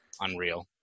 unreal